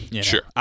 Sure